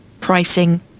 pricing